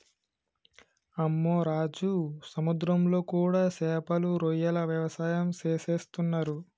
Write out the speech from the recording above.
అమ్మె రాజు సముద్రంలో కూడా సేపలు రొయ్యల వ్యవసాయం సేసేస్తున్నరు